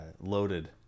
loaded